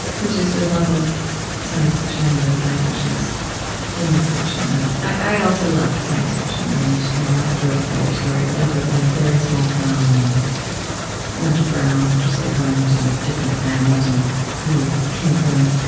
which is your love of science fiction and the way science fiction is in your fiction. and i also love science fiction, and you know my story is not your story, but i grew up in a very small town and went to brown, which was like going to a different planet. and you came from